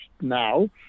now